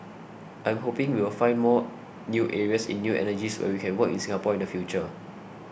I'm hoping we will find more new areas in new energies where we can work in Singapore in the future